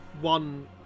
one